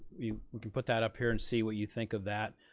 we can put that up here and see what you think of that.